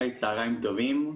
היי, צוהריים טובים.